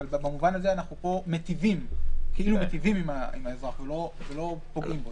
אבל במובן הזה פה אנחנו מטיבים עם האזרח ולא פוגעים בו.